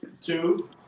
two